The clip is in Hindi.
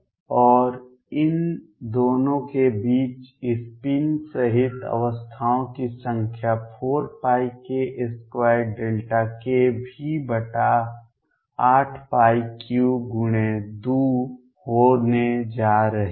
और इन दोनों के बीच स्पिन सहित अवस्थाओं की संख्या 4πk2ΔkV83×2 होने जा रही है